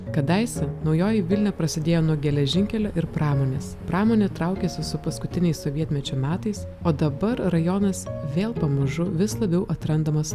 kadaise naujoji vilnia prasidėjo nuo geležinkelio ir pramonės pramonė traukiasi su paskutiniais sovietmečio metais o dabar rajonas vėl pamažu vis labiau atrandamas